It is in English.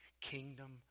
kingdom